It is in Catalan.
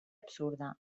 absurda